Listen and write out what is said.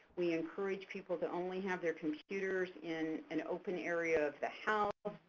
we encourage people to only have their computers in an open area of the house.